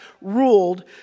ruled